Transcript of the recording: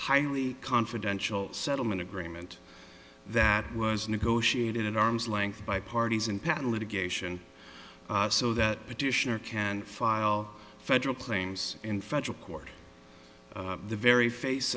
highly confidential settlement agreement that was negotiated at arm's length by parties and patent litigation so that petitioner can file federal claims in federal court the very face